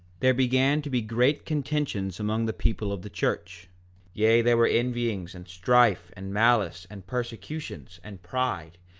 there began to be great contentions among the people of the church yea, there were envyings, and strife, and malice, and persecutions, and pride,